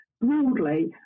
broadly